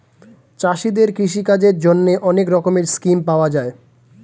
চাষীদের কৃষি কাজের জন্যে অনেক রকমের স্কিম পাওয়া যায়